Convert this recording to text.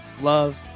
love